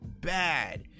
bad